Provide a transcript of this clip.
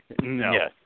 No